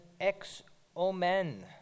ex-omen